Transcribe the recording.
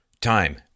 Time